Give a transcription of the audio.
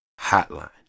Hotline